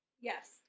Yes